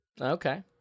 Okay